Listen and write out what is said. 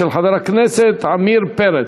של חבר הכנסת עמיר פרץ.